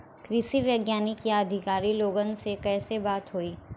कृषि वैज्ञानिक या अधिकारी लोगन से कैसे बात होई?